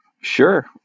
Sure